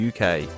UK